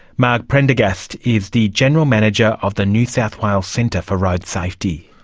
marg prendergast is the general manager of the new south wales centre for road safety.